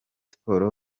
sports